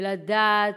ולדעת,